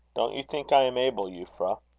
don't you think i am able, euphra?